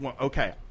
Okay